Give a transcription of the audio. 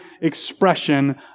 expression